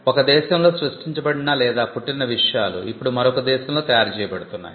ఒక దేశంలో సృష్టించబడిన లేదా పుట్టిన విషయాలు ఇప్పుడు మరొక దేశంలో తయారు చేయబడుతున్నాయి